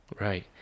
Right